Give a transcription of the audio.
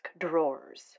drawers